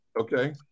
Okay